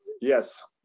yes